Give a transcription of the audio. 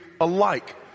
alike